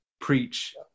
Preach